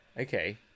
okay